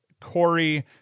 Corey